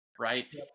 right